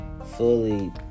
fully